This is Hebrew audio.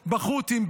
בחות'ים,